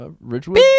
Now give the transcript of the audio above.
Ridgewood